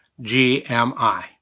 GMI